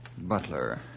Butler